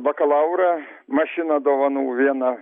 bakalaurą mašiną dovanų vieną